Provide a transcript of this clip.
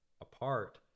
apart